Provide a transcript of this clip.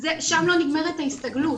שם לא נגמרת ההסתגלות.